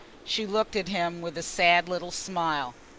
she looked at him with a sad little smile.